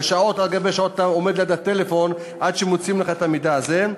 ואתה עומד שעות על גבי שעות ליד הטלפון עד שמוצאים לך את המידע הזה,